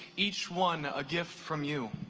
each one a gift from you.